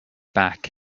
back